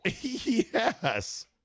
Yes